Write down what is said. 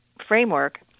framework